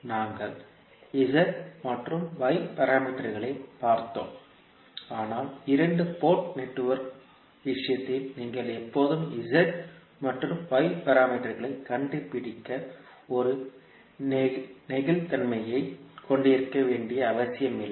நாங்கள் z மற்றும் y பாராமீட்டர்களைப் பார்த்தோம் ஆனால் இரண்டு போர்ட் நெட்வொர்க் விஷயத்தில் நீங்கள் எப்போதும் z மற்றும் y பாராமீட்டர்களை கண்டுபிடிக்க ஒரு நெகிழ்வுத்தன்மையைக் கொண்டிருக்க வேண்டிய அவசியமில்லை